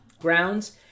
grounds